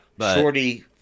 Shorty